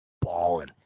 balling